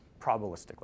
probabilistically